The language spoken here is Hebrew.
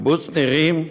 קיבוץ נירים,